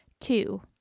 Two